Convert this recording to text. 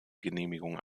genehmigung